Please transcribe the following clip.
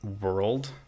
world